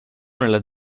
nella